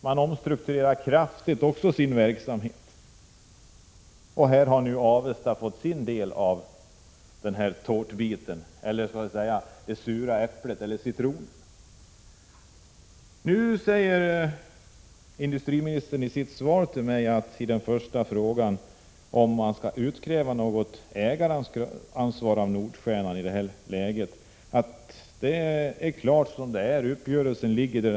Man omstrukturerar kraftigt sin verksamhet. Avesta har fått sin del av tårtan, eller skall vi säga det sura äpplet eller citronen. Industriministern säger i sitt svar på min fråga om huruvida man skall utkräva något ägaransvar av Nordstjernan, att det hela är klart. Uppgörelsen kvarstår.